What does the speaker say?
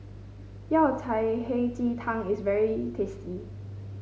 Yao Cai Hei Ji Tang is very tasty